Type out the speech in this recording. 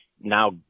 now